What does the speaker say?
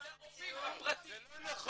זה הרופאים הפרטיים -- זה לא נכון,